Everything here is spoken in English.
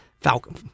Falcon